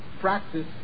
practice